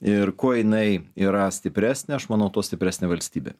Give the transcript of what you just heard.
ir kuo jinai yra stipresnė aš manau tuo stipresnė valstybė